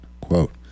Quote